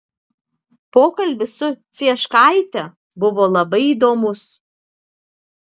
pokalbis su cieškaite buvo labai įdomus